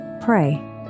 pray